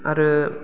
आरो